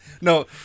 No